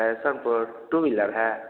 passion Pro two wheeler है